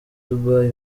dubai